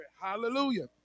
Hallelujah